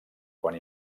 quan